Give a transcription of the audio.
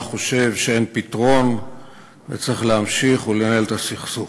חושב שאין פתרון וצריך להמשיך ולנהל את הסכסוך.